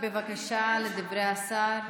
נקשיב, בבקשה, לדברי השר.